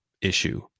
issue